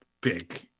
big